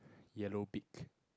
yellow beak